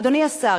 אדוני השר,